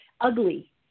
ugly